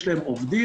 יש להם עובדים,